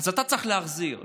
אתה צריך להחזיר.